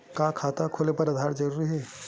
का खाता खोले बर आधार जरूरी हे?